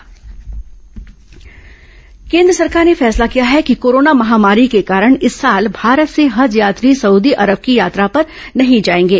हज यात्रा केन्द्र सरकार ने फैसला किया है कि कोरोना महामारी के कारण इस साल भारत से हज यात्री सउदी अरब की यात्रा पर नहीं जाएंगे